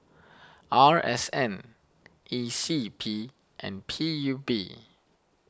R S N E C P and P U B